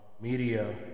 media